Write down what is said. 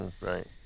right